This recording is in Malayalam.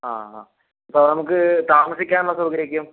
ആ ആ അപ്പോൾ നമുക്ക് താമസിക്കാനുള്ള സൗകര്യം ഒക്കെയോ